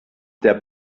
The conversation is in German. der